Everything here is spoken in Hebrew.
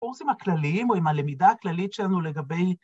‫או זה עם הכלליים ‫או עם הלמידה הכללית שלנו לגבי...